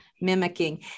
mimicking